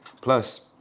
Plus